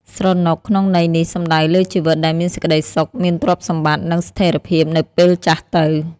«ស្រណុក» ក្នុងន័យនេះ សំដៅលើជីវិតដែលមានសេចក្ដីសុខ មានទ្រព្យសម្បត្តិ និងស្ថិរភាពនៅពេលចាស់ទៅ។